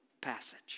passage